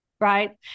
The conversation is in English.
right